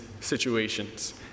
situations